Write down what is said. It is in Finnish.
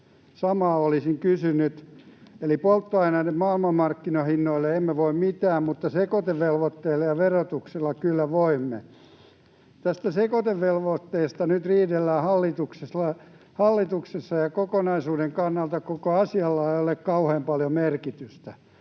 samaa olisin kysynyt, eli polttoaineiden maailmanmarkkinahinnoille emme voi mitään, mutta sekoitevelvoitteelle ja verotukselle kyllä voimme. Tästä sekoitevelvoitteesta nyt riidellään hallituksessa, ja kokonaisuuden kannalta koko asialla ei ole kauhean paljon merkitystä.